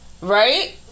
right